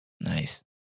Nice